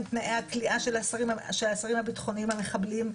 תנאי הכליאה של האסירים הביטחוניים המחבלים.